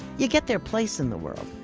you get their place in the world.